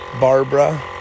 Barbara